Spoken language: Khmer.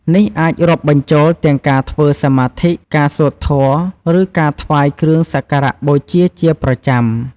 នេះអាចរាប់បញ្ចូលទាំងការធ្វើសមាធិ ការសូត្រធម៌ ឬការថ្វាយគ្រឿងសក្ការបូជាជាប្រចាំ។